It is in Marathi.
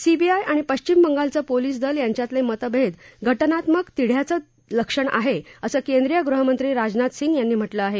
सीबीआय आणि प्रश्विम बंगालचं पोलिस दल यांच्यातले मतभेद घटनात्मक तिढ़याचं लक्षण आहे असं केंद्रीय गृहमंत्री राजनाथ सिंग यांनी म्हटलं आहे